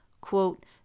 quote